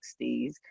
60s